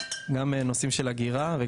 גם נושאים של הגירה.